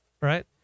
right